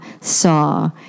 saw